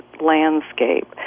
landscape